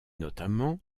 notamment